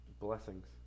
Blessings